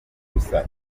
gusa